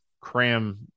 cram